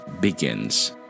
begins